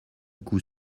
coup